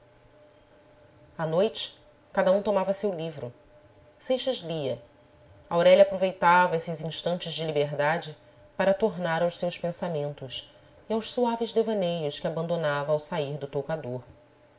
à noite cada um tomava seu livro seixas lia aurélia aproveitava esses instantes de liberdade para tornar aos seus pensamentos e aos suaves devaneios que abandonava ao sair do toucador